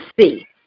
see